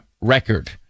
record